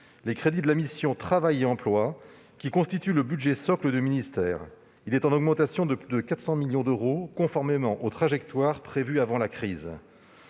les crédits de la mission « Travail et emploi » constituent le budget socle du ministère, en augmentation de 400 millions d'euros conformément aux trajectoires prévues avant la crise.